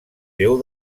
déu